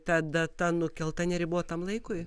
ta data nukelta neribotam laikui